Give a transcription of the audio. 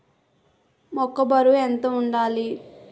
మొక్కొ బరువు ఎంత వుండాలి?